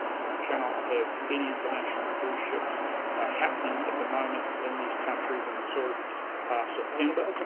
you cannot have any international cruise ships ah happening at the moment in these countries until september.